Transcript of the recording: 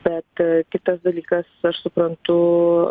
bet kitas dalykas aš suprantu